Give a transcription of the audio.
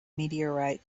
meteorite